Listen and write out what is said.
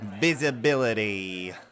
visibility